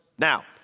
Now